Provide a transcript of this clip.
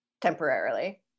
temporarily